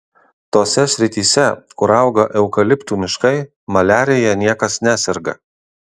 tose srityse kur auga eukaliptų miškai maliarija niekas neserga